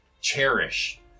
cherish